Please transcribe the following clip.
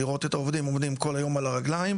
לראות את העובדים עובדים כל היום על הרגליים,